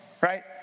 right